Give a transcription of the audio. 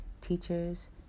teachers